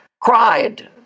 cried